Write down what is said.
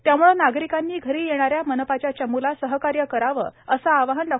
त्यामुळे नागरिकांनी घरी येणाऱ्या मनपाच्या चमूला सहकार्य करावे असे आवाहन डॉ